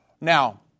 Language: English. Now